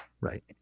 Right